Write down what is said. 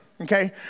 okay